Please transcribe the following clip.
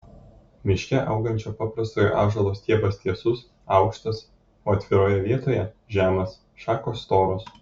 miške augančio paprastojo ąžuolo stiebas tiesus aukštas o atviroje vietoje žemas šakos storos